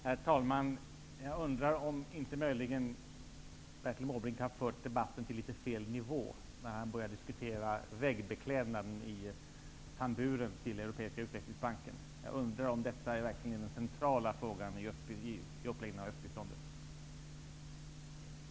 Herr talman! Jag undrar om Bertil Måbrink inte möjligen har fört ned debatten på litet fel nivå, när han börjar diskutera väggbeklädnaden i tamburen på Europeiska utvecklingsbanken. Jag undrar verkligen om det är den centrala frågan i uppbyggnaden av Östeuropabiståndet.